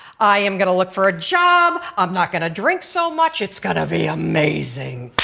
i am going to look for a job, i'm not going to drink so much it's going to be amazing.